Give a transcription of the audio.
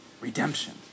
Redemption